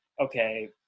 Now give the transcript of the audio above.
okay